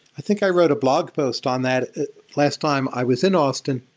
i think i wrote a blog post on that last time i was in austin.